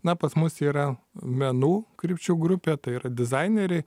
na pas mus yra menų krypčių grupė tai yra dizaineriai